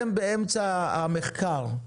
החוקרים של מחלקת המחקר והמידע נמצאים עדיין באמצע המחקר,